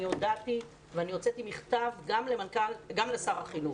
אני הודעתי וגם הוצאתי מכתב גם לשר החינוך